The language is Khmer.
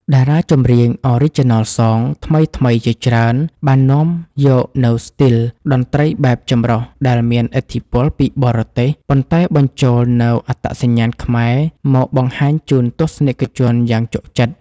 តារាចម្រៀង Original Song ថ្មីៗជាច្រើន បាននាំយកនូវស្ទីលតន្ត្រីបែបចម្រុះដែលមានឥទ្ធិពលពីបរទេស ប៉ុន្តែបញ្ចូលនូវអត្តសញ្ញាណខ្មែរមកបង្ហាញជូនទស្សនិកជនយ៉ាងជក់ចិត្ត។